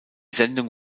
sendung